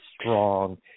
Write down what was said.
strong